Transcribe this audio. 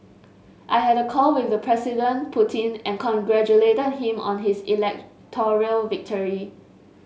I had a call with President Putin and congratulated him on his electoral victory